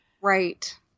Right